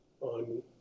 on